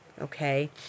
Okay